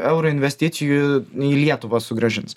eurų investicijų į lietuvą sugrąžins